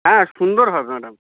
হ্যাঁ সুন্দর হবে ম্যাডাম